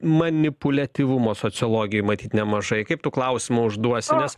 manipuliatyvumo sociologijoj matyt nemažai kaip tu klausimą užduosi nes